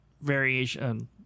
variation